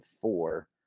four